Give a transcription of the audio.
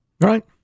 Right